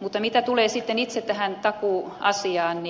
mutta mitä tulee sitten itse tähän takuuasiaan